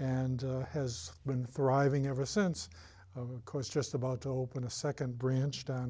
and has been thriving ever since of course just about to open a second branch down